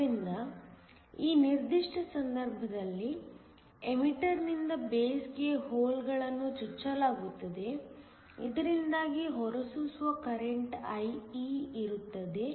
ಆದ್ದರಿಂದ ಈ ನಿರ್ದಿಷ್ಟ ಸಂದರ್ಭದಲ್ಲಿ ಎಮಿಟರ್ ನಿಂದ ಬೇಸ್ಗೆ ಹೋಲ್ಗಳನ್ನು ಚುಚ್ಚಲಾಗುತ್ತದೆ ಇದರಿಂದಾಗಿ ಹೊರಸೂಸುವ ಕರೆಂಟ್ IE ಇರುತ್ತದೆ